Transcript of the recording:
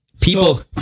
people